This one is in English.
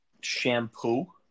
Shampoo